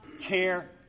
care